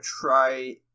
try